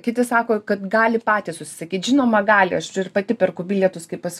kiti sako kad gali patys užsisakyt žinoma gali aš pati perku bilietus kaip pas